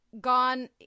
gone